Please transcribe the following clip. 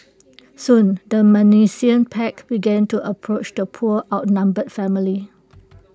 soon the menacing pack began to approach the poor outnumbered family